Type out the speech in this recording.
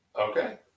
okay